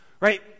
right